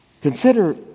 consider